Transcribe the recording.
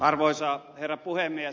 arvoisa herra puhemies